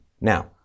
Now